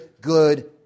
good